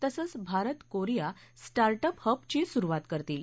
तसंच Bharat Korea startup हबची सुरुवात करतील